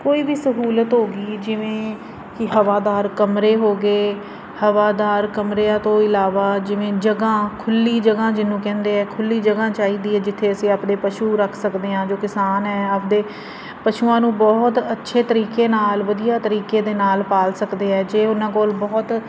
ਕੋਈ ਵੀ ਸਹੂਲਤ ਹੋ ਗਈ ਜਿਵੇਂ ਕਿ ਹਵਾਦਾਰ ਕਮਰੇ ਹੋ ਗਏ ਹਵਾਦਾਰ ਕਮਰਿਆਂ ਤੋਂ ਇਲਾਵਾ ਜਿਵੇਂ ਜਗ੍ਹਾਂ ਖੁੱਲੀ ਜਗ੍ਹਾ ਜਿਹਨੂੰ ਕਹਿੰਦੇ ਆ ਖੁੱਲੀ ਜਗ੍ਹਾ ਚਾਹੀਦੀ ਹੈ ਜਿੱਥੇ ਅਸੀਂ ਆਪਣੇ ਪਸ਼ੂ ਰੱਖ ਸਕਦੇ ਹਾਂ ਜੋ ਕਿਸਾਨ ਹੈ ਆਪਣੇ ਪਸ਼ੂਆਂ ਨੂੰ ਬਹੁਤ ਅੱਛੇ ਤਰੀਕੇ ਨਾਲ ਵਧੀਆ ਤਰੀਕੇ ਦੇ ਨਾਲ ਪਾਲ ਸਕਦੇ ਹੈ ਜੇ ਉਹਨਾਂ ਕੋਲ ਬਹੁਤ